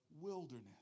wilderness